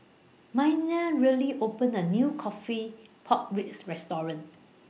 Miner rarely opened The New Coffee Pork Ribs Restaurant